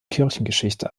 kirchengeschichte